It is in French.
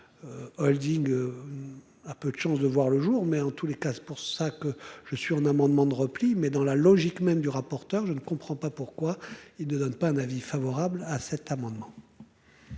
Holding. A peu de chances de voir le jour, mais en tous les cas, c'est pour ça que je suis un amendement de repli mais dans la logique même du rapporteur je ne comprends pas pourquoi il ne donne pas un avis favorable à cet amendement.